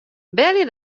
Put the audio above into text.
belje